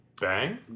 Bang